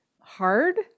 hard